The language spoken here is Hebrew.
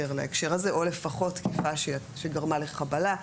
להקשר הזה או לפחות תקיפה שגרמה לחבלה.